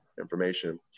information